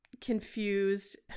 confused